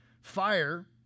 Fire